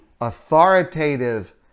authoritative